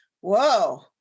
whoa